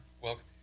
welcome